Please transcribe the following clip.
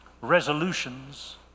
Resolutions